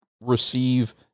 receive